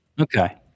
Okay